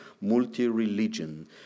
multi-religion